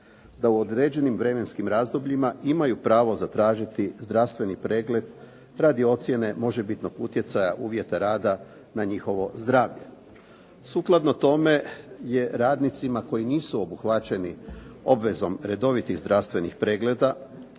da u određenim vremenskim razdobljima imaju pravo zatražiti zdravstveni pregled radi ocjene možebitnog utjecaja, uvjeta rada na njihovo zdravlje. Sukladno tome je radnicima koji nisu obuhvaćeni obvezom redovitih zdravstvenih pregleda